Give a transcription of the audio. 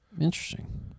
Interesting